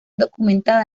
documentada